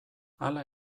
hala